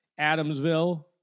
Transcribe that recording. Adamsville